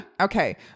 okay